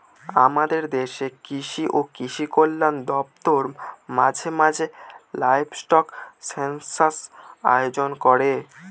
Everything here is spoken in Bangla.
আমাদের দেশের কৃষি ও কৃষি কল্যাণ দপ্তর মাঝে মাঝে লাইভস্টক সেনসাস আয়োজন করে